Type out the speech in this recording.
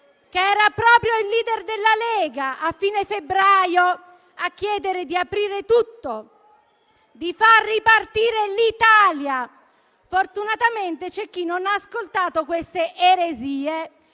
che era proprio il *leader* della Lega, a fine febbraio, a chiedere di aprire tutto e di far ripartire l'Italia. Fortunatamente c'è chi non ha ascoltato queste eresie